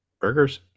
Burgers